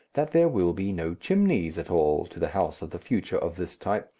that there will be no chimneys at all to the house of the future of this type,